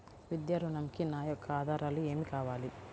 విద్యా ఋణంకి నా యొక్క ఆధారాలు ఏమి కావాలి?